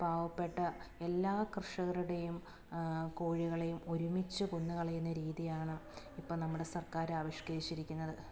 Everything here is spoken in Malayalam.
പാവപ്പെട്ട എല്ലാ കർഷകരുടെയും കോഴികളെയും ഒരുമിച്ച് കൊന്നുകളയുന്ന രീതിയാണ് ഇപ്പം നമ്മുടെ സർക്കാർ ആവിഷ്കരിച്ചിരിക്കുന്നത്